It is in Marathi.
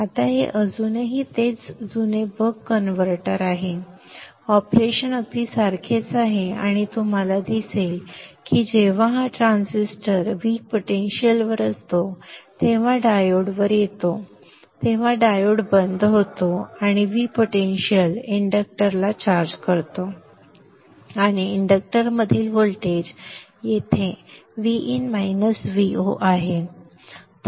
आता हे अजूनही तेच जुने बक कन्व्हर्टर आहे ऑपरेशन अगदी सारखेच आहे आणि तुम्हाला दिसेल की जेव्हा हा ट्रान्झिस्टर V पोटेंशिअलवर असतो तेव्हा डायोडवर येतो तेव्हा डायोड बंद होतो आणि V पोटेंशिअल इंडक्टरला चार्ज करते आणि इंडक्टरमधील व्होल्टेज येथे Vin Vo येथे आहे